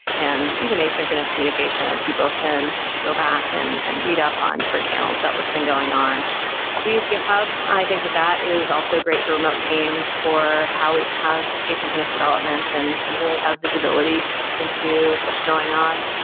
and even asynchronous communication as people can go back and and read up on different channels about what's been going on we use github. i think that that is also great for remote teams, for how we can have asynchronous development and and really have visibility into what's going on.